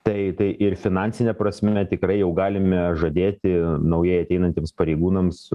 tai tai ir finansine prasme tikrai jau galime žadėti naujai ateinantiems pareigūnams